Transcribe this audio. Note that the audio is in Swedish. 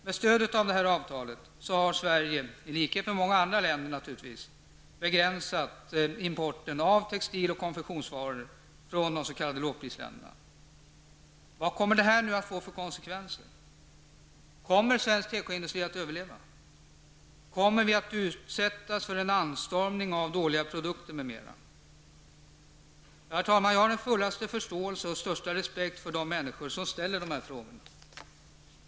Med stöd av detta har Sverige, i likhet med många andra länder naturligtvis, begränsat importen av textil och konfektionsvaror från de s.k. lågprisländerna. Vad kommer avvecklingen att få för konsekvenser? Kommer svensk tekoindustri att överleva? Kommer vi att utsättas för en anstormning av dåliga produkter, m.m. Herr talman! Jag har den fullaste förståelse och största respekt för de människor som ställer de här frågorna.